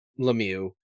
Lemieux